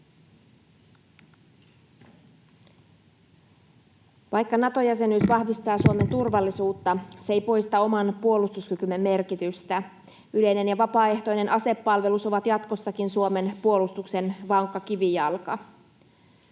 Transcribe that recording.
Vaikka Nato-jäsenyys vahvistaa Suomen turvallisuutta, se ei poista oman puolustuskykymme merkitystä. Yleinen ja vapaaehtoinen asepalvelus on jatkossakin Suomen puolustuksen vankka kivijalka.